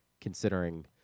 considering